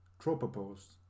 tropopause